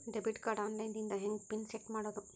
Debit card online ದಿಂದ ಹೆಂಗ್ PIN set ಮಾಡೋದು?